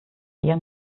ihren